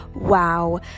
wow